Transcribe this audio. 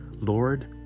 Lord